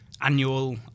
annual